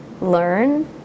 learn